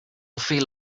feel